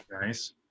Nice